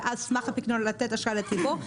ועל סמך הפיקדונות לתת אשראי לציבור.